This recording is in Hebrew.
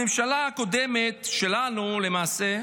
הממשלה הקודמת שלנו, למעשה,